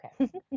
Okay